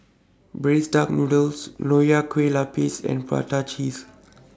Braised Duck Noodles Nonya Kueh Lapis and Prata Cheese